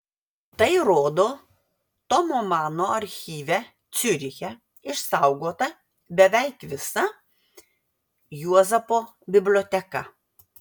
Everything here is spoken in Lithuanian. tai rodo tomo mano archyve ciuriche išsaugota beveik visa juozapo biblioteka